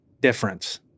difference